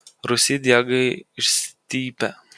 rūsy diegai išstypę